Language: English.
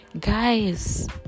Guys